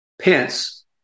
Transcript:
Pence